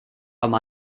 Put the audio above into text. aber